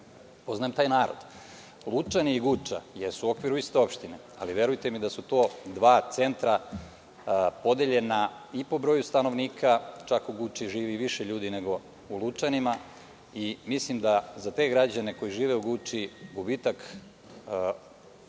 poznajem taj narod. Lučani i Guča jesu u okviru iste opštine, ali verujte mi da su to dva centra podeljena i po broju stanovnika, čak u Guči živi više ljudi nego u Lučanima, i mislim da će za te građane, koji žive u Guči, gubitak